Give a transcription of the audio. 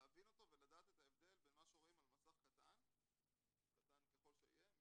להבין אותו ולדעת את ההבדל בין מה שרואים על מסך קטן ככל שיהיה,